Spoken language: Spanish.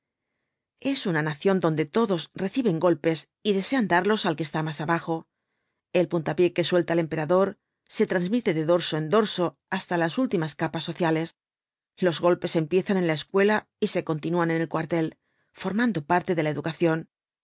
es una nación donde todos reciben golpes y desean darlos al que está más abajo el puntapié que suelta el emperador se transmite de dorso en dorso hasta las últimas capas sociales los golpes empiezan en la escuela y se continúan en el cuartel formando parte de la educación